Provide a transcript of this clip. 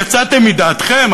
יצאתם מדעתכם?